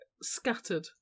scattered